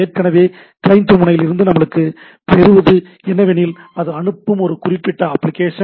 எனவே கிளையன்ட் முனையில் இருந்து நாம் பெறுவது என்னவெனில் அது அனுப்பும் ஒரு குறிப்பிட்ட அப்ளிகேஷன்